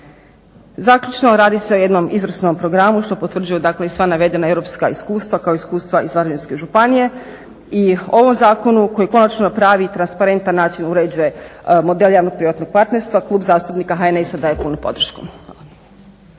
Zaključno, radi se o jednom izvrsnom programu što potvrđuje dakle i sva navedena europska iskustva, kao i iskustva iz Varaždinske županije. I ovom zakonu koji konačno na pravi i transparentan način uređuje model javno-privatnog partnerstva. Klub zastupnika HNS-a daje puno podršku.